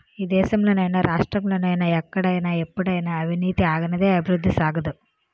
ఈ దేశంలో నైనా రాష్ట్రంలో నైనా ఎక్కడైనా ఎప్పుడైనా అవినీతి ఆగనిదే అభివృద్ధి సాగదు